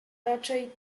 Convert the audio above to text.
raczej